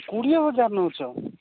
କୋଡ଼ିଏ ହଜାର ନେଉଛ